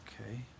Okay